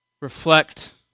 reflect